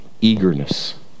eagerness